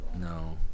No